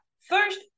First